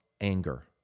anger